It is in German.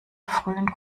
frühen